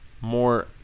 more